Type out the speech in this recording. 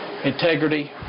Integrity